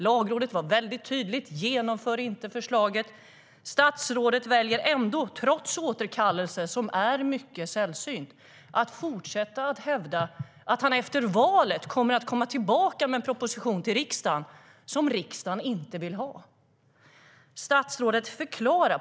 Lagrådet var tydligt: Genomför inte förslaget! Statsrådet, förklara!